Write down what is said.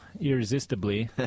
irresistibly